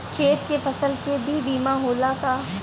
खेत के फसल के भी बीमा होला का?